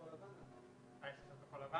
המגבלה היחידה היום זה בתי המלון?